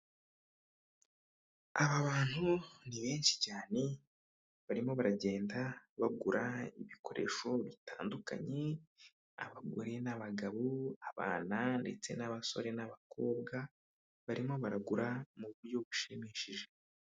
Aba bantu ni benshi cyane barimo baragenda bagura ibikoresho bitandukanye, abagore n'abagabo, abana ndetse n'abasore n'abakobwa barimo baragura mu buryo bushimishije.